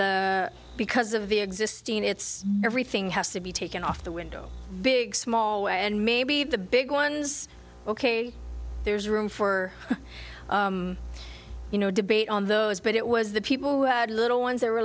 because of the existing it's everything has to be taken off the window big small way and maybe the big ones ok there's room for you know debate on those but it was the people who had little ones th